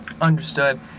Understood